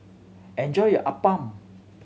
enjoy your appam